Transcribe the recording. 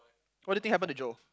what do you think happen to Joe